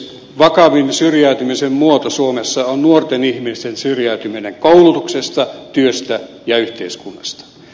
vakavin syrjäytymisen muoto suomessa on nuorten ihmisten syrjäytyminen koulutuksesta työstä ja yhteiskunnasta